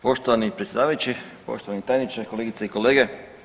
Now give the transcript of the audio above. Poštovani predsjedavajući, poštovani tajniče, kolegice i kolege.